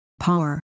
Power